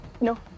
no